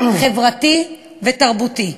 חברתי ותרבותי.